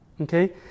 Okay